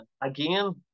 Again